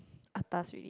atas already